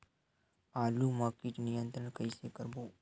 आलू मा कीट नियंत्रण कइसे करबो?